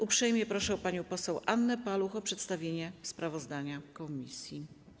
Uprzejmie proszę panią poseł Annę Paluch o przedstawienie sprawozdania komisji.